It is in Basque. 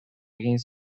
egin